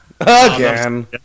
Again